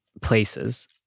places